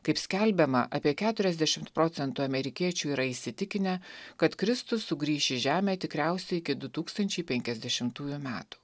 kaip skelbiama apie keturiasdešimt procentų amerikiečių yra įsitikinę kad kristus sugrįš į žemę tikriausiai iki du tūkstančiai penkiasdešimtųjų metų